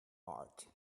art